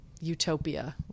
utopia